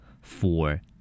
four